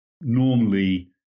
normally